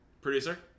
Producer